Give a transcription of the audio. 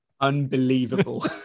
Unbelievable